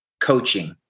coaching